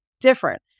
different